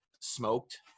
smoked